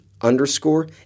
underscore